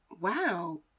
wow